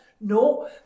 No